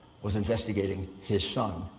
with investigating his son.